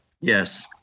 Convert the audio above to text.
Yes